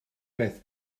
beth